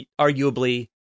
arguably